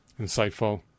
insightful